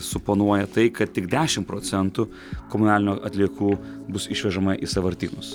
suponuoja tai kad tik dešim procentų komunalinių atliekų bus išvežama į sąvartynus